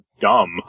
dumb